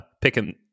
Picking